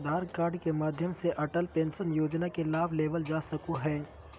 आधार card के माध्यम से अटल पेंशन योजना के लाभ लेवल जा सको हय